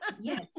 yes